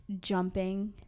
jumping